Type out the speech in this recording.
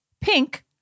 pink